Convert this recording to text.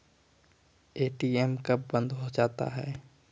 ATM कब बंद हो जाता हैं?